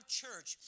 church